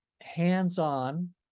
Hands-on